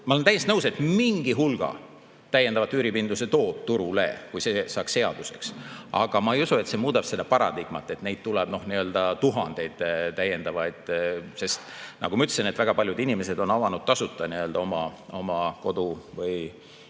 Ma olen täiesti nõus, et mingi hulga täiendavaid üüripindu see toob turule, kui see saab seaduseks, aga ma ei usu, et see muudab seda paradigmat ja tuleb tuhandeid täiendavaid [pindu]. Nagu ma ütlesin, väga paljud inimesed on avanud tasuta oma kodu või